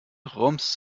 rums